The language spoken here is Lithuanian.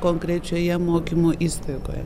konkrečioje mokymo įstaigoje